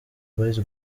boyz